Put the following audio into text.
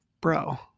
bro